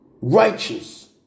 righteous